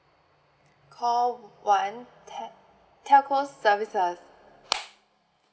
call on~ one tel~ telco services